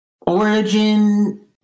origin